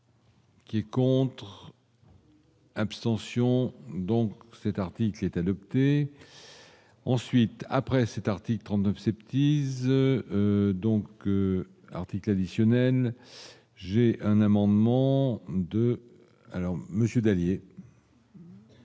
Qui est contre. Abstention donc cet article est adopté. Ensuite, après cet article 39 cèpes. Teaser donc article additionnel. J'ai un amendement de alors monsieur